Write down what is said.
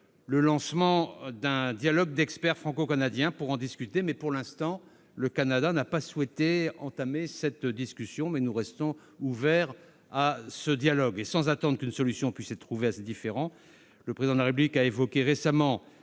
le lancement d'un dialogue d'experts franco-canadiens pour en discuter. Pour le moment, le Canada n'a pas souhaité entamer cette discussion, mais nous restons ouverts sur ce point. Sans attendre qu'une solution puisse être trouvée à ce différend, le Président de la République a évoqué récemment